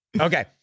Okay